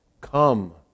Come